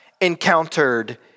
encountered